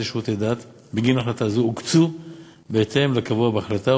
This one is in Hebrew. לשירותי דת בגין החלטה זו הוקצו בהתאם לקבוע בהחלטה,